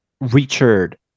Richard